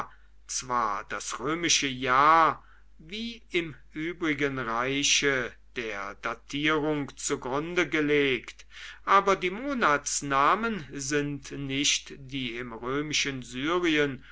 zwar das römische jahr wie im übrigen reiche der datierung zugrunde gelegt aber die monatsnamen sind nicht die im römischen syrien